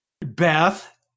Beth